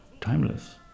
timeless